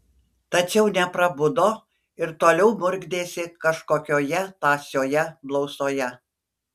tačiau neprabudo ir toliau murkdėsi kažkokioje tąsioje blausoje